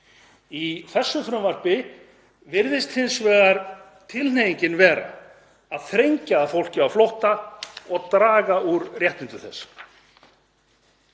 Í þessu frumvarpi virðist hins vegar tilhneigingin vera að þrengja að fólki á flótta og draga úr réttindum þess.